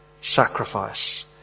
Sacrifice